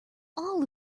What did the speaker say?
all